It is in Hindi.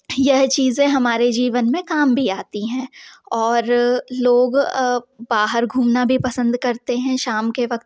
यह चीज़ें हमारे जीवन में काम भी आती हैं और लोग बाहर घूमना भी पसंद करते हैं शाम के वक़्त में